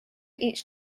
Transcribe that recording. each